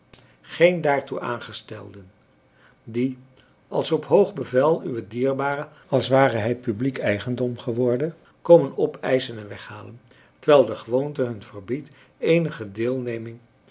geen daartoe aangestelden die als op hoog bevel uwen dierbare als ware hij publiek eigendom geworden komen opeischen en weghalen terwijl de gewoonte hun verbiedt eenige deelneming